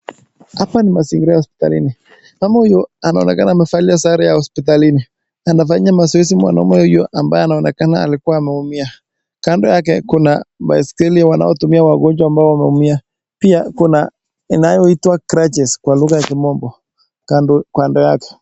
Hapa ni mazingira ya hospitalini. Mama huyo anaonekana amevalia sare ya hospitalini na anafanya mazoezi mwanaume huyo ambaye anaonekana alikuwa ameumia. Kando yake kuna baiskeli wanaotumia wagonjwa ambao wameumia. Pia kuna inayoitwa crutches kwa lugha ya kimombo kando yake.